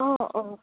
অ অ